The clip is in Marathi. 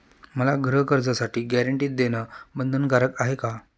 मला गृहकर्जासाठी गॅरंटी देणं बंधनकारक आहे का?